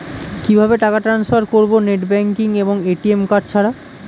কিভাবে টাকা টান্সফার করব নেট ব্যাংকিং এবং এ.টি.এম কার্ড ছাড়া?